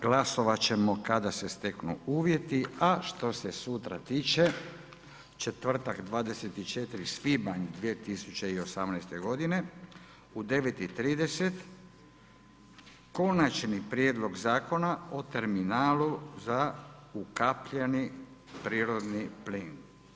Glasovati ćemo kada se steknu uvjeti, a što se sutra tiče, četvrtak 24. svibnja 2018. godine u 9,30 sati Konačni prijedlog Zakona o terminalu za ukapljeni prirodni plin.